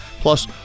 plus